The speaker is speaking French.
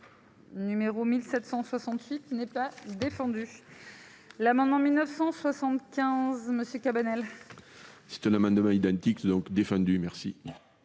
Numéro 1768 qui n'est pas défendu l'amendement 1975 monsieur Cabanel. C'est un amendement identique donc défendu merci.